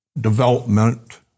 development